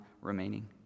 remaining